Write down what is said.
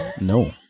No